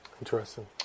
Interesting